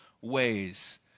ways